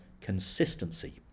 consistency